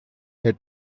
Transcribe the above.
head